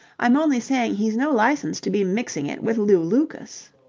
i'm only saying he's no licence to be mixing it with lew lucas.